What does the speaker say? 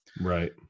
right